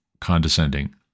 condescending